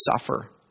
suffer